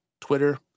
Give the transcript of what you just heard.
Twitter